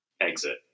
Exit